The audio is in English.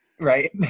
Right